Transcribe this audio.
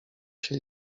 się